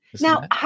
now